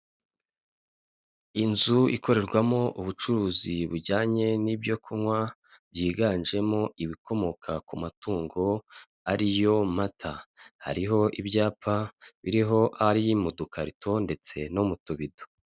Inzu ikorerwamo ubucuruzi bujyanye n'ibyokunywa, byiganjemo ibikomoka ku matungo ari yo amata hariho ibyapa biriho ayi mu dukarito ndetse no mu tubito.